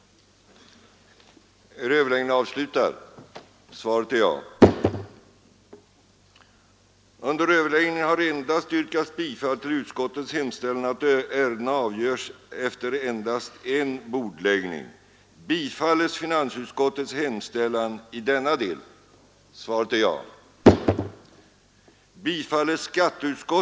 2. skulle besluta att i detta sammanhang icke vidta ytterligare beskattningsåtgärder i form av höjd bilaccis.